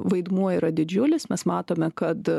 vaidmuo yra didžiulis mes matome kad